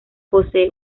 posee